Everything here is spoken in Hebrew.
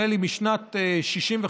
נדמה לי, משנת 1965,